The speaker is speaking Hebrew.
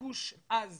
ביקוש עז